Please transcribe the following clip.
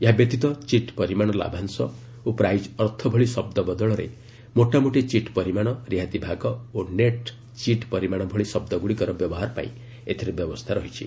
ଏହା ବ୍ୟତୀତ ଚିଟ୍ ପରିମାଣ ଲାଭାଂଶ ଓ ପ୍ରାଇଜ୍ ଅର୍ଥ ଭଳି ଶବ୍ଦ ବଦଳରେ ମୋଟାମୋଟି ଚିଟ୍ ପରିମାଣ ରିହାତି ଭାଗ ଓ ନେଟ୍ଚିଟ୍ ପରିମାଣ ଭଳି ଶବ୍ଦଗୁଡ଼ିକର ବ୍ୟବହାର ପାଇଁ ଏଥିରେ ବ୍ୟବସ୍ଥା ରହିଛି